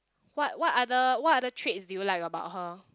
what what other what other traits do you like about her